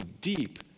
deep